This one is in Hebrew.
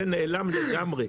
זה נעלם לגמרי.